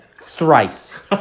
thrice